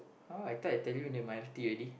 !huh! I thought I tell you that my auntie already